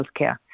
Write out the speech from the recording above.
healthcare